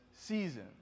season